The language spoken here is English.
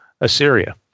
Assyria